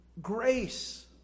grace